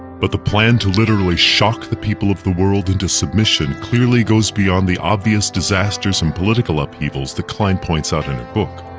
but the plan to literally shock the people of the world into submission clearly goes beyond the obvious disasters and political upheavals that klein points out in her book.